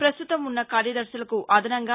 పస్తుతం ఉన్న కార్యదర్శులకు అదనంగా